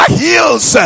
heals